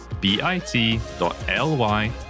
bit.ly